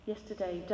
Yesterday